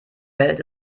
welt